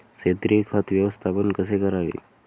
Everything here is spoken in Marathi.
सेंद्रिय खत व्यवस्थापन कसे करावे?